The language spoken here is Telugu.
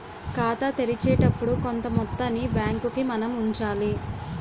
ఖాతా తెరిచేటప్పుడు కొంత మొత్తాన్ని బ్యాంకుకు మనం ఉంచాలి